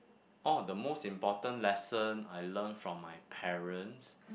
oh the most important lesson I learn from my parents